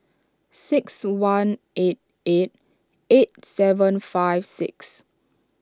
six one eight eight eight seven five six